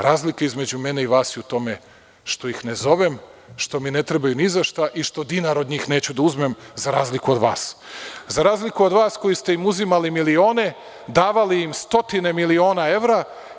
Razlika između mene i vas je u tome što ih ne zovem, što mi ne trebaju ni za šta i što dinara od njih neću da uzmem, za razliku od vas, za razliku od vas koji ste im uzimali milione i davali im stotine miliona evra.